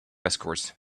escorts